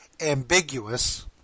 ambiguous